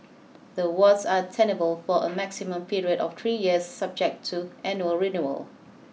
the awards are tenable for a maximum period of three years subject to annual renewal